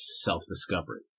self-discovery